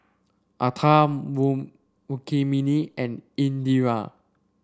Atal moon Rukmini and Indira